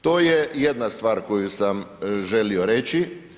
To je jedna stvar koju sa želio reći.